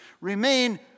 remain